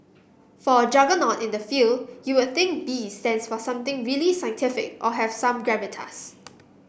for a juggernaut in the field you would think B stands for something really scientific or have some gravitas